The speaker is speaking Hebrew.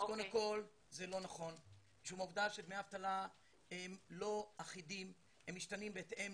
מפני שדמי האבטלה הם לא אחידים, הם משתנים בהתאם